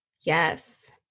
Yes